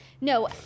No